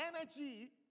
energy